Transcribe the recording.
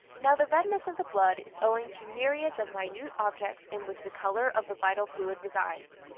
now the redness of the blood is owing to myriads of minute objects in which the colour of the vital fluid resides.